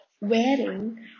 Wearing